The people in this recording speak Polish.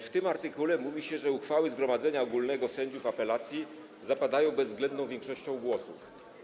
W tym artykule mowa jest o tym, że uchwały zgromadzenia ogólnego sędziów apelacji zapadają bezwzględną większością głosów.